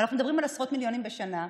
ואנחנו מדברים על עשרות מיליונים בשנה.